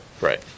Right